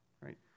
right